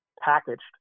packaged